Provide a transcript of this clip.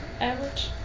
average